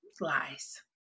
Lies